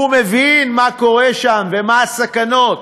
הוא מבין מה קורה שם ומה הסכנות,